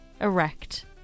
erect